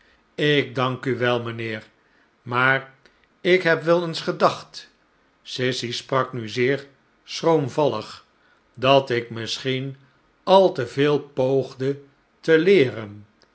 ik dank u wel mijnheer maar ik heb wel eens gedacht sissy sprak nu zeer schroomvallig dat ik misschien al te veel poogde te leeren